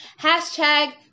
hashtag